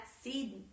seed